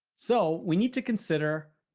so we need to consider,